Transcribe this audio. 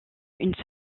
une